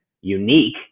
unique